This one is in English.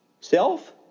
Self